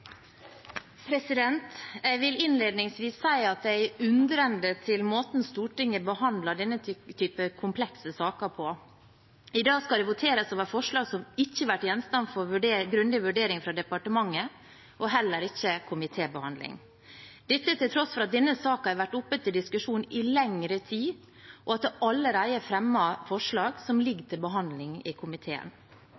undrende til måten Stortinget behandler denne typen komplekse saker på. I dag skal det voteres over forslag som ikke har vært gjenstand for grundig vurdering fra departementet og heller ikke komitébehandling, til tross for at denne saken har vært oppe til diskusjon i lengre tid, og at det allerede er fremmet forslag som ligger